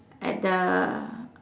at the